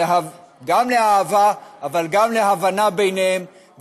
גם לאהבה אבל גם להבנה ביניהם,